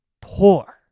poor